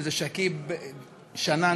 שכיב שנאן,